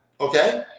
okay